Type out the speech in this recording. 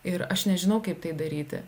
ir aš nežinau kaip tai daryti